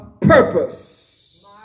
purpose